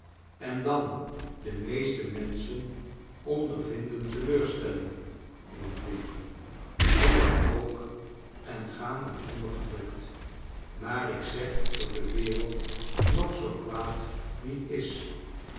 en dan de meeste menschen ondervinden telenrstellingen in het leven hoe dan oak en gaan er onder gebukt maar ik zeg dat de wereld nog zoo kwaad niet is